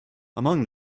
among